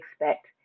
expect